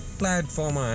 platform